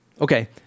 Okay